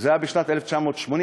באיזה שנה זה היה?